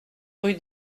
rue